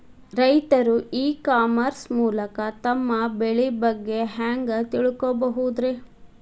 ರೈತರು e commerce ಮೂಲಕ ತಮ್ಮ ಬೆಳಿ ಬಗ್ಗೆ ಹ್ಯಾಂಗ ತಿಳ್ಕೊಬಹುದ್ರೇ?